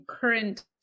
current